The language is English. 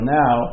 now